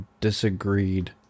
disagreed